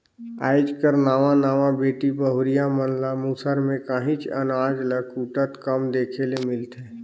आएज कर नावा नावा बेटी बहुरिया मन ल मूसर में काहींच अनाज ल कूटत कम देखे ले मिलथे